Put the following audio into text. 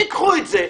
תיקחו את זה,